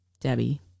Debbie